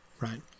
right